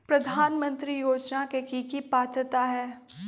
प्रधानमंत्री योजना के की की पात्रता है?